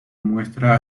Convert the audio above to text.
muestra